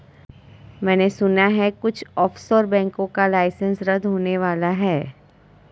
मैने सुना है कुछ ऑफशोर बैंकों का लाइसेंस रद्द होने वाला है